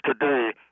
today